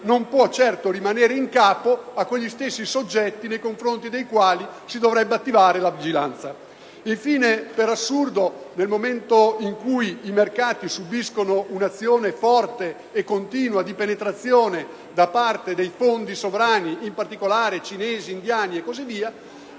non può certo rimanere in capo a quegli stessi soggetti nei confronti dei quali si dovrebbe attivare la vigilanza. Infine, per assurdo, nel momento in cui i mercati subiscono un'azione forte e continua di penetrazione da parte dei fondi sovrani (in particolare cinesi e indiani), esiste